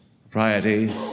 propriety